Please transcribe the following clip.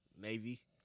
Navy